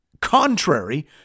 Contrary